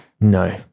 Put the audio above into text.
No